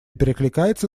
перекликается